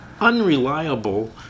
unreliable